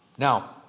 Now